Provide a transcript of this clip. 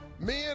Men